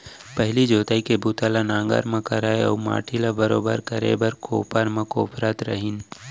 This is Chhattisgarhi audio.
पहिली जोतई के बूता ल नांगर म करय अउ माटी ल बरोबर करे बर कोपर म कोपरत रहिन